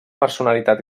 personalitat